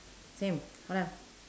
same ho liao